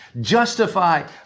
Justify